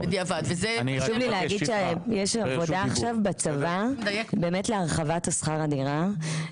חשוב לי להגיד שיש עבודה עכשיו בצבא באמת להרחבת שכר הדירה.